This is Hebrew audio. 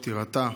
פטירתה,